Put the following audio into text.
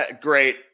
great